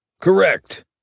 Correct